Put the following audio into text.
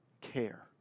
care